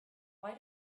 why